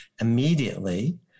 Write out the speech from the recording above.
immediately